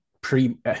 pre